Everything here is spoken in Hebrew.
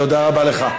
תודה רבה לך.